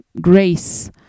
grace